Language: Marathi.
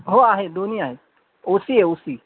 हो आहे दोन्ही आहे ओ सी आहे ओ सी